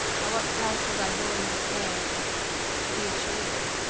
at what price was i willing to pay to be a cheerleader?